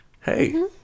hey